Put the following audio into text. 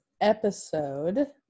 episode